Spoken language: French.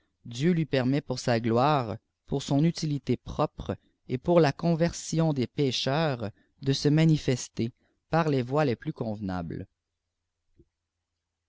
dieu lui permet pour sa gloire pour son utilité propre et pour la conversion des pécheurs de se manifester par les voies les plus convenables